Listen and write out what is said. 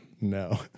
No